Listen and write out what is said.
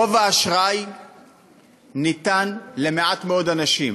רוב האשראי ניתן למעט מאוד אנשים.